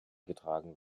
getragen